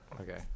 okay